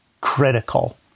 critical